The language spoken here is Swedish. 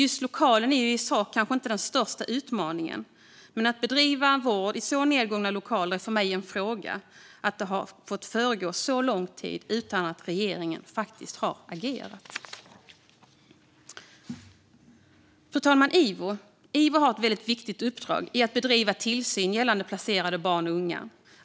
Just lokalerna är kanske inte den största utmaningen, men jag är frågande inför att man har fått bedriva vård i nedgångna lokaler under så lång tid utan att regeringen har agerat. Fru talman! Ivo har ett väldigt viktigt uppdrag att bedriva tillsyn gällande placerade barn och unga.